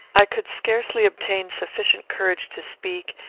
i could scarcely obtain sufficient courage to speak,